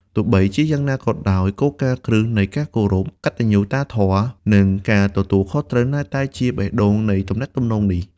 ទោះជាយ៉ាងណាក៏ដោយ គោលការណ៍គ្រឹះនៃការគោរព កតញ្ញុតាធម៌ និងការទទួលខុសត្រូវនៅតែជាបេះដូងនៃទំនាក់ទំនងនេះ។